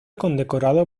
condecorado